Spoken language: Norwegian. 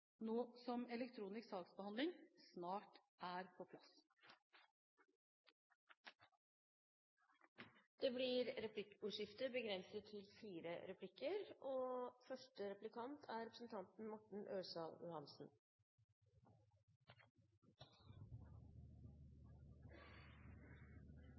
nå dette målet, nå som elektronisk saksbehandling snart er på plass. Det blir replikkordskifte. Det er